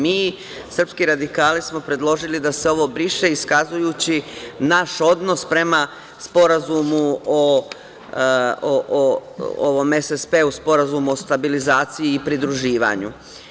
Mi, srpski radikali, smo predložili da se ovo briše iskazujući naš odnos prema ovom SSP-u, Sporazumu o stabilizaciji i pridruživanju.